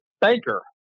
banker